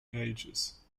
ages